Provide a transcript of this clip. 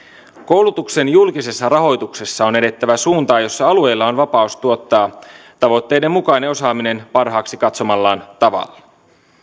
koulutuksen julkisessa rahoituksessa on edettävä suuntaan jossa alueilla on vapaus tuottaa tavoitteiden mukainen osaaminen parhaaksi katsomallaan tavalla